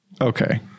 Okay